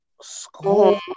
school